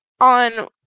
on